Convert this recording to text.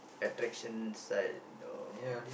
attraction side or